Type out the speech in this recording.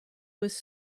was